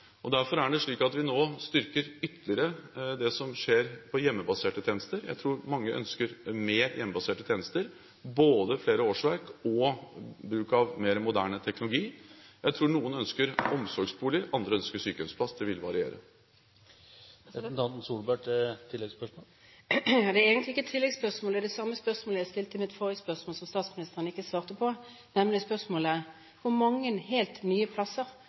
Derfor er det slik at vi nå styrker ytterligere det som skjer når det gjelder hjemmebaserte tjenester. Jeg tror mange ønsker mer av hjemmebaserte tjenester, både flere årsverk og bruk av mer moderne teknologi. Jeg tror at noen ønsker omsorgsboliger, mens andre ønsker sykehjemsplass – det vil variere. Dette er egentlig ikke et tilleggsspørsmål, det er det samme spørsmålet som mitt forrige spørsmål, som statsministeren ikke svarte på, nemlig: Hvor mange helt nye plasser